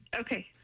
Okay